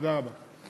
תודה רבה.